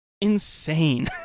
insane